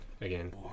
again